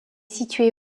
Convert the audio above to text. située